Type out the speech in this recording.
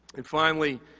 and, finally,